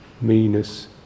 meanness